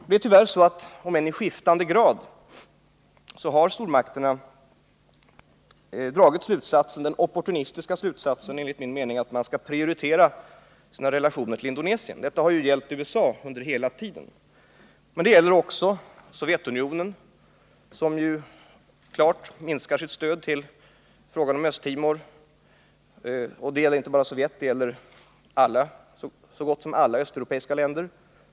Det är tyvärr så att stormakterna, om än i skiftande grad, har dragit den enligt min mening opportunistiska slutsatsen att man skall prioritera sina relationer till Indonesien. Detta har ju gällt USA hela tiden, men det gäller också Sovjetunionen, som klart minskar sitt stöd till Östtimor. Och det gäller f. ö. så gott som alla östeuropeiska länder.